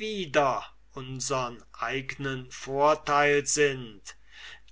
wider unsern eignen vorteil sind